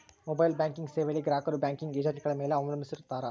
mobile banking ಸೇವೆಯಲ್ಲಿ ಗ್ರಾಹಕರು banking ಏಜೆಂಟ್ಗಳ ಮೇಲೆ ಅವಲಂಬಿಸಿರುತ್ತಾರ